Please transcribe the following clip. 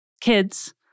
kids